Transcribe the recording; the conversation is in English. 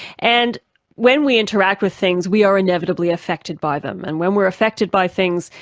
and when we interact with things, we are inevitably affected by them. and when we are affected by things,